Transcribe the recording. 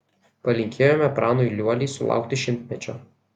palinkėjome pranui liuoliai sulaukti šimtmečio